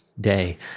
day